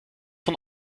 von